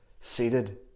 seated